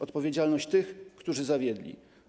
Odpowiedzialność tych, którzy zawiedli.